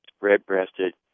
red-breasted